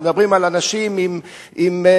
אנחנו מדברים על אנשים עם יכולות.